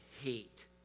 hate